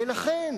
ולכן